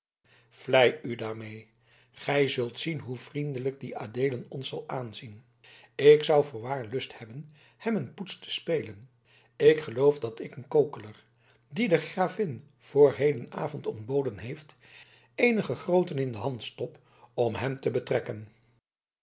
vlei u daarmede gij zult zien hoe vriendelijk die adeelen ons zal aanzien ik zou voorwaar lust hebben hem een poets te spelen ik geloof dat ik den kokeler dien de gravin voor hedenavond ontboden heeft eenige grooten in de hand stop om hem te betrekken